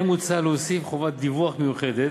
כן מוצע להוסיף חובת דיווח מיוחדת